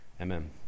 Amen